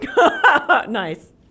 Nice